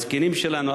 הזקנים שלנו,